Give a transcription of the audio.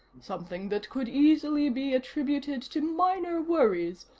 something that could easily be attributed to minor worries,